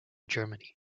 germany